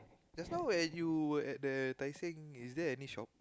just now when you were at the Tai Seng is there any shops